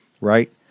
right